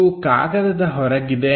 ಇದು ಕಾಗದದ ಹೊರಗಿದೆ